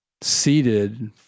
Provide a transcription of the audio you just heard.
seated